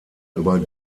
über